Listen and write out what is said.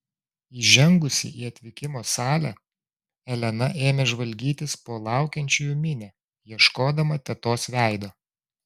įžengusi į atvykimo salę elena ėmė žvalgytis po laukiančiųjų minią ieškodama tetos veido